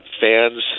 fans